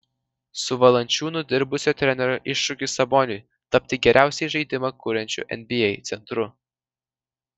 su valančiūnu dirbusio trenerio iššūkis saboniui tapti geriausiai žaidimą kuriančiu nba centru